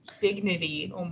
dignity